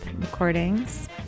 recordings